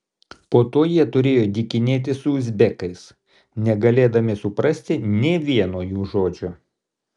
po to jie turėjo dykinėti su uzbekais negalėdami suprasti nė vieno jų žodžio